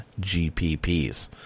gpps